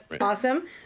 awesome